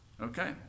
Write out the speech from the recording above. Okay